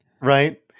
Right